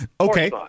Okay